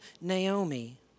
Naomi